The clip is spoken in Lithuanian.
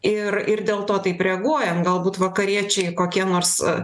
ir ir dėl to taip reaguojam galbūt vakariečiai kokie nors